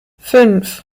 fünf